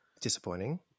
Disappointing